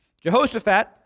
Jehoshaphat